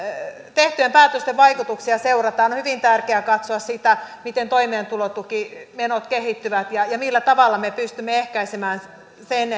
tehtyjen päätösten vaikutuksia seurataan on hyvin tärkeää katsoa miten toimeentulotukimenot kehittyvät ja ja millä tavalla me pystymme ehkäisemään sen